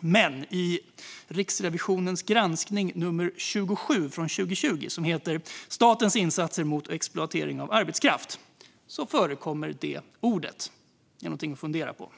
men i Riksrevisionens granskning nummer 27 från 2020 som heter Statens insatser mot exploatering av arbetskraft förekommer det ordet. Det är något att fundera på.